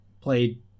played